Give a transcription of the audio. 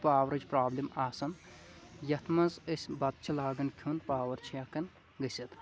پاورٕچ پرٛابلِم آسان یَتھ منٛز أسۍ بَتہٕ چھِ لاگَان کھیوٚن پاوَر چھِ ہٮ۪کان گٔژھِتھ